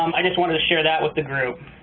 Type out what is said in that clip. um i just wanted to share that with the group.